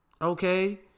Okay